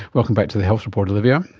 welcome back to the health report olivia.